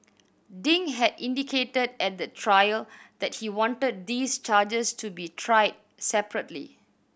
Ding had indicated at the trial that he wanted these charges to be tried separately